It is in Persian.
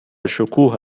شکوه